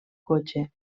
cotxe